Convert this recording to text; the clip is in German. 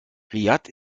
riad